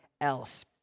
else